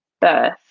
birth